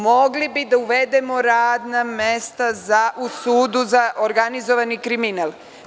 Mogli bismo da uvedemo radna mesta u Sudu za organizovani kriminal.